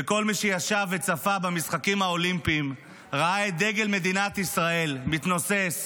כשכל מי שישב וצפה במשחקים האולימפיים ראה את דגל מדינת ישראל מתנוסס